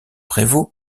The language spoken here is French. prévost